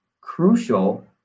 crucial